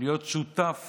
להיות שותף